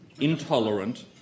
intolerant